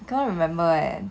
cannot remember eh